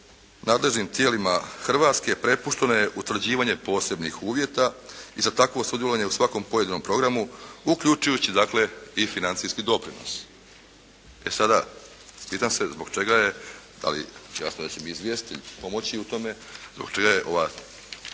"Nadležnim tijelima Hrvatske prepušteno je utvrđivanje posebnih uvjeta. Isto tako sudjelovanje u svakom pojedinom programu uključujući dakle i financijski doprinos.". E, sada, pitam se zbog čega je, da li, jasno da će mi izvjestitelj pomoći u tome, zbog čega je ovo